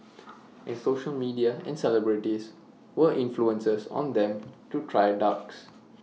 and social media and celebrities were influences on them to try drugs